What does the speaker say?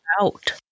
out